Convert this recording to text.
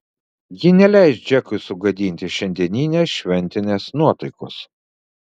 ji neleis džekui sugadinti šiandieninės šventinės nuotaikos